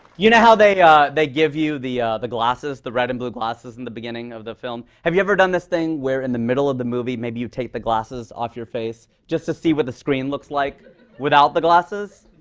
you know how they they give you the the glasses, the red and blue glasses, in the beginning of the film? have you ever done this thing where, in the middle of the movie, maybe you take the glasses off your face just to see what the screen looks like without the glasses?